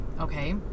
Okay